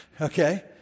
Okay